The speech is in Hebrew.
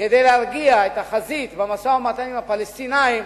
כדי להרגיע את החזית במשא-ומתן עם הפלסטינים,